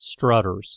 strutters